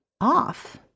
off